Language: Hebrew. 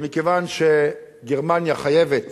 מכיוון שגרמניה חייבת